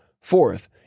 Fourth